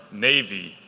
navy,